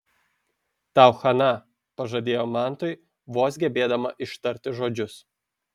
tau chana pažadėjau mantui vos gebėdama ištarti žodžius